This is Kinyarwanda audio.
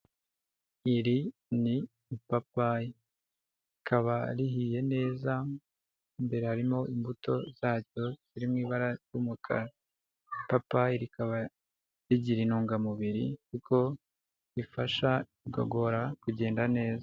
Iri ni ipapayi rikaba rihiye neza imbere harimo imbuto zaryo ziri mu ibara ry'umukara, ipapayi rikaba rigira intungamubiri kuko rifasha igogora kugenda neza.